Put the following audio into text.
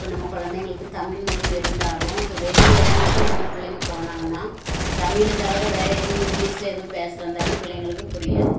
இப்போ நம்ம குழந்தைங்களுக்கு தமிழ் மொழி இருந்தாலும் இப்போ வெளியில் இடங்களுக்கு நம்ம பிள்ளைங்க போனாங்கன்னா தமிழை தவிர வேறே எதுவும் இங்கிலீஷில் எதுவும் பேசுகிறதா இருந்தாலும் பிள்ளைங்களுக்கு புரியாது